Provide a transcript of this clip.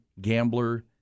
Gambler